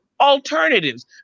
alternatives